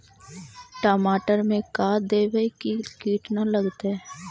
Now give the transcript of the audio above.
टमाटर में का देबै कि किट न लगतै?